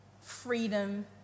freedom